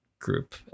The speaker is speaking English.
group